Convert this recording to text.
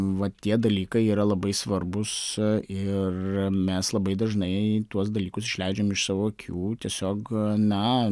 va tie dalykai yra labai svarbūs ir mes labai dažnai tuos dalykus išleidžiam iš savo akių tiesiog na